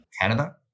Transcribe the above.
Canada